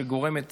שגורמת